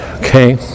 okay